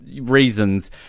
reasons